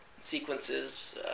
sequences